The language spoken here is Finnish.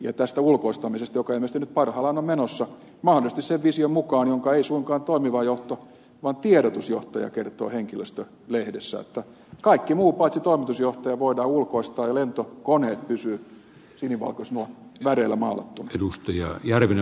ja tästä ulkoistamisesta joka ilmeisesti nyt parhaillaan on menossa mahdollisesti sen vision mukaan jonka ei suinkaan toimiva johto vaan tiedotusjohtaja kertoo henkilöstölehdessä että kaikki muu paitsi toimitusjohtaja voidaan ulkoistaa ja lentokoneet pysyvät sinivalkoisilla väreillä maalattuina